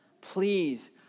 Please